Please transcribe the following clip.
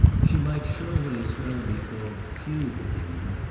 she might surely as well be called feudal england,